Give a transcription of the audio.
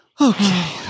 Okay